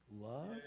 love